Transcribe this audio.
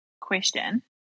question